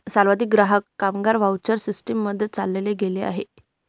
सर्वाधिक ग्राहक, कामगार व्हाउचर सिस्टीम मध्ये चालले गेले आहे